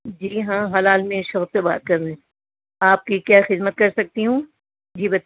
جی ہاں حلال meat shop سے بات کر رہے ہیں آپ کی کیا خدمت کر سکتی ہوں جی بتا